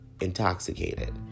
intoxicated